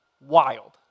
Wild